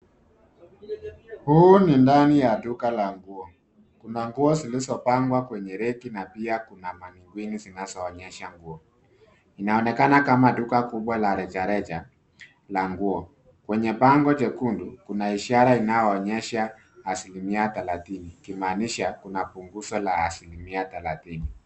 Huu ni ndani ya duka la nguo . Kuna nguo zilizopangwa kwenye reki na pia kuna manekini zinazoonyesha nguo. Inaonekana kama duka kubwa la rejareja la nguo . Kwenye bango jekundu, kuna ishara inayoonyesha asilimia 30 ikimaanisha kuna punguzo la asilimia 30.